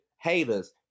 haters